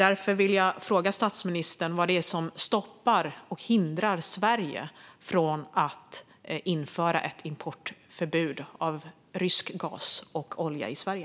Därför vill jag fråga statsministern vad det är som hindrar Sverige från att införa ett importförbud för rysk gas och olja till Sverige.